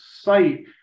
site